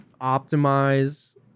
optimize